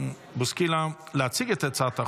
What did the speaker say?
באולם שעוד לא הצביעו ורוצים להצביע?